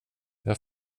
jag